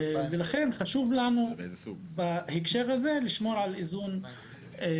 לכן, חשוב לנו בהקשר הזה, לשמור על איזון מסוים.